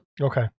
Okay